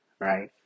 right